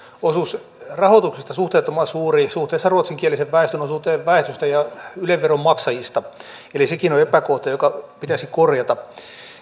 osuus rahoituksesta suhteettoman suuri suhteessa ruotsinkielisen väestön osuuteen väestöstä ja yle veron maksajista eli sekin on epäkohta joka pitäisi korjata